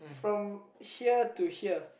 from here to here